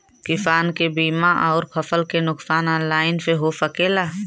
किसान के बीमा अउर फसल के नुकसान ऑनलाइन से हो सकेला?